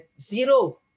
zero